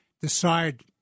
decide